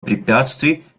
препятствий